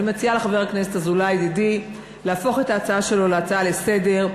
אני מציעה לחבר הכנסת אזולאי ידידי להפוך את ההצעה שלו להצעה לסדר-היום,